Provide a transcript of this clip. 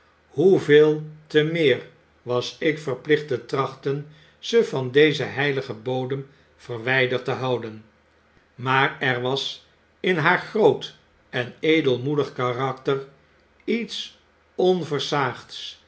hoeveel te meer was ik verplicht te trachten ze van dezen heiligen bodem verwyderd te houden maar er was in haar groot en edelmoedig karakter iets